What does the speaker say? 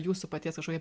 jūsų paties kažkokie